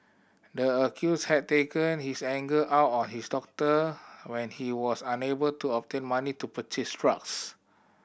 the accused had taken his anger out on his daughter when he was unable to obtain money to purchase drugs